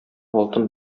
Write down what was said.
алтын